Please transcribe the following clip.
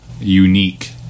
unique